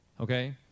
Okay